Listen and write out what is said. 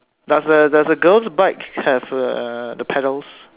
does the does the girl's bike have uh the pedals